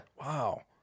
Wow